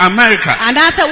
America